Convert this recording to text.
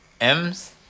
M's